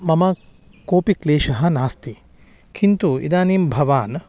मम कोऽपि क्लेशः नास्ति किन्तु इदानीं भवान्